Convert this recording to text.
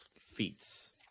Feats